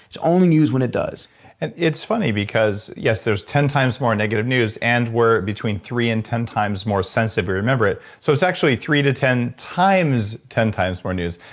it's only news when it does and it's funny because yes, there's ten times more negative news and we're between three and ten times more sensitive to but remember it. so it's actually three to ten times ten times more news.